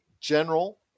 general